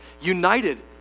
united